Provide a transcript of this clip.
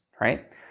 right